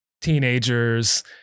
teenagers